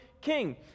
king